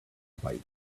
bite